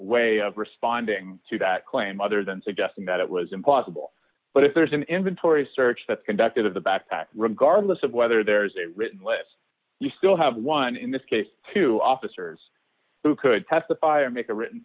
way of responding to that claim other than suggesting that it was implausible but if there is an inventory search that conducted of the backpack regardless of whether there is a written list you still have one in this case two officers who could testify or make a written